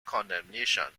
condemnation